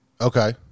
Okay